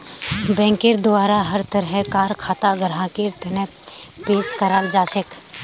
बैंकेर द्वारा हर तरह कार खाता ग्राहकेर तने पेश कराल जाछेक